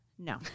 No